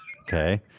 Okay